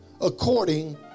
according